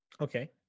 Okay